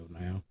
now